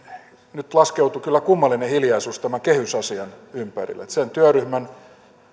nyt laskeutui kyllä kummallinen hiljaisuus tämän kehysasian ympärille sen työryhmän